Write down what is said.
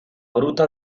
gruta